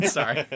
Sorry